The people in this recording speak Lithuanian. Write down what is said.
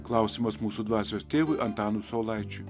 klausimas mūsų dvasios tėvui antanui saulaičiui